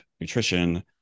nutrition